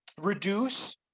reduce